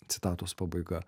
citatos pabaiga